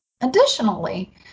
Additionally